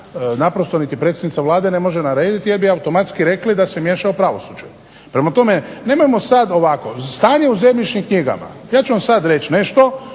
naprosto niti predsjednica Vlade ne može narediti, jer bi automatski rekli da se miješa u pravosuđe. Prema tome nemojmo sad, ovako stanje u zemljišnim knjigama, ja ću vam sad reći nešto,